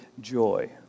joy